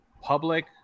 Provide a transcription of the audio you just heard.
public